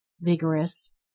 vigorous